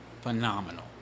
phenomenal